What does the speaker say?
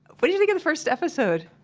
what'd you think of the first episode?